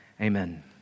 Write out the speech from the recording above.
amen